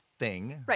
Right